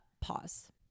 pause